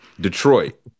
Detroit